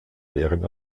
deren